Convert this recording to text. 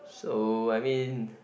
so I mean